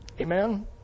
Amen